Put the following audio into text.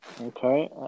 Okay